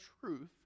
truth